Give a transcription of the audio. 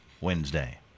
Wednesday